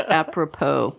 apropos